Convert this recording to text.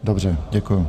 Dobře, děkuji.